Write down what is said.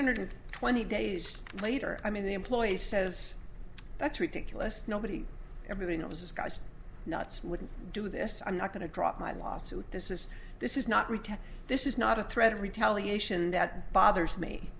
hundred twenty days later i mean the employee says that's ridiculous nobody everything it was this guy's nuts wouldn't do this i'm not going to drop my lawsuit this is this is not retest this is not a threat of retaliation that bothers me